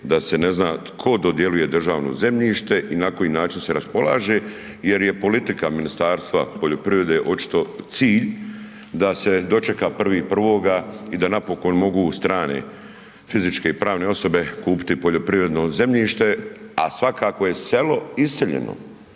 da se ne zna tko dodjeljuje državno zemljište i na koji način se raspolaže jer je politika Ministarstva poljoprivrede očito cilj da se dočeka 1.1. i da napokon strane fizičke i pravne osobe kupiti poljoprivredno zemljište a svakako je selo iseljeno,